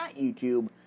YouTube